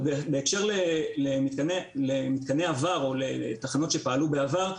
בהקשר למתקני עבר או לתחנות שפעלו בעבר,